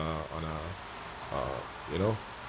uh on uh uh you know